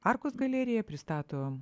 arkos galerija pristato